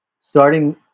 starting